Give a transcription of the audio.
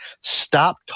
stop